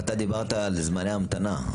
ד"ר ססר, אתה דיברת על זמני המתנה,